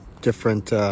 different